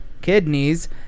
kidneys